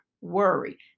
worry